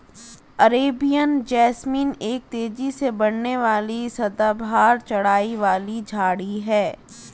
Arabian jasmine एक तेजी से बढ़ने वाली सदाबहार चढ़ाई वाली झाड़ी है